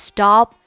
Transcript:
Stop